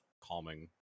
calming